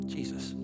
Jesus